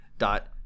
dot